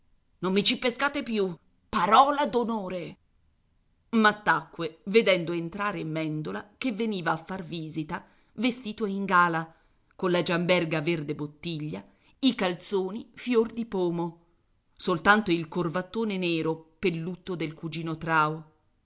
non mi ci pescate più parola d'onore ma tacque vedendo entrare mèndola che veniva a far visita vestito in gala colla giamberga verde bottiglia i calzoni fior di pomo soltanto il corvattone nero pel lutto del cugino trao